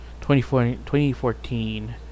2014